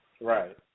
Right